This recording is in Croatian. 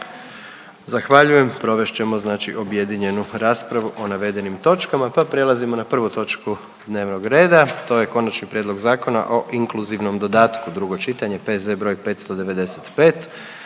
Zahvaljujem. Provest ćemo znači objedinjenu raspravu o navedenim točkama, pa prelazimo na prvu točku dnevnog reda, to je: - Konačni prijedlog Zakona o inkluzivnom dodatku, drugo čitanje, P.Z. br. 595